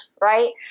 right